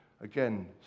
Again